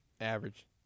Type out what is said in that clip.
Average